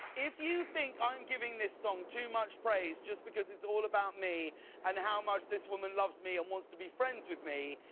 if you think i'm giving this song too much praise just because it's all about me and hw much this woman loves me and wants to be friends with me,